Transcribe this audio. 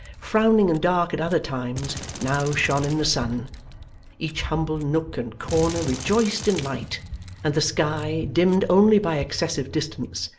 frowning and dark at other times, now shone in the sun each humble nook and corner rejoiced in light and the sky, dimmed only by excessive distance,